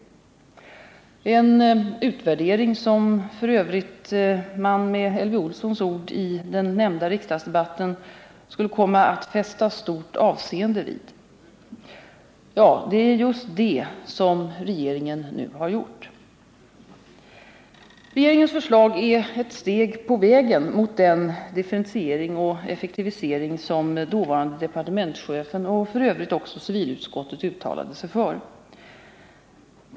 En utvärdering, för övrigt, som man med Elvy Olssons ord i den nämnda riksdagsdebatten skulle komma att ”fästa stort avseende vid”. Ja, det är just det som regeringen nu har gjort! Regeringens förslag är ett steg på vägen mot den differentiering och redovisning som dåvarande departementschefen och för övrigt också civilutskottet uttalade sig för.